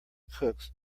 cooks